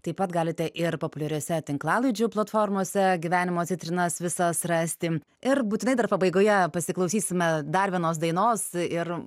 taip pat galite ir populiariose tinklalaidžių platformose gyvenimo citrinas visas rasti ir būtinai dar pabaigoje pasiklausysime dar vienos dainos ir